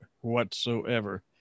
whatsoever